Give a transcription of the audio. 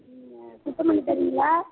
நீங்கள் சுத்தம் பண்ணி தருவீங்களா